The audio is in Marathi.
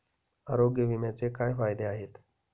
आरोग्य विम्याचे काय फायदे आहेत?